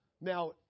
Now